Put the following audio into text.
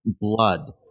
blood